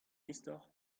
istor